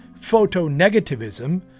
photonegativism